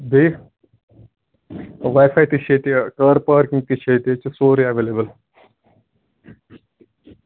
بیٚیہِ wifi تہِ چھِ ییٚتہِ کار پارکِنٛگ تہِ چھِ ییٚتہِ ییٚتہِ سورُے ایولیبل